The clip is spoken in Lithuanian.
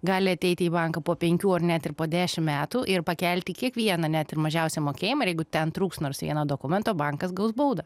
gali ateiti į banką po penkių ar net ir po dešimt metų ir pakelti kiekvieną net ir mažiausią mokėjimą ir jeigu ten trūks nors vieno dokumento bankas gaus baudą